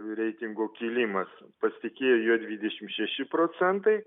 reitingo kilimas pasitikėjo juo dvidešim šeši procentai